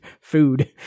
food